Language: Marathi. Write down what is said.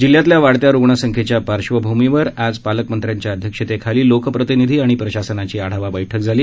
जिल्ह्यातल्या वाढत्या रुग्णसंख्येच्या पार्श्वभूमीवर आज पालकमंत्र्यांच्या अध्यक्षतेखाली लोकप्रतिनिधी आणि प्रशासनाची आढावा बैठक झाली